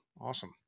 awesome